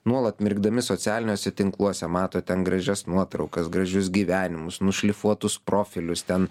nuolat mirkdami socialiniuose tinkluose mato ten gražias nuotraukas gražius gyvenimus nušlifuotus profilius ten